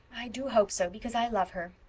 i do hope so, because i love her.